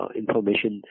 information